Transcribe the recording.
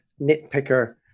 nitpicker